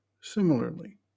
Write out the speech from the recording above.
Similarly